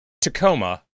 Tacoma